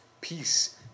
peace